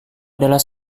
adalah